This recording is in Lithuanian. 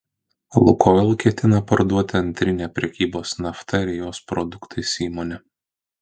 lukoil ketina parduoti antrinę prekybos nafta ir jos produktais įmonę